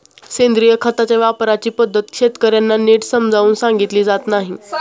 सेंद्रिय खताच्या वापराची पद्धत शेतकर्यांना नीट समजावून सांगितली जात नाही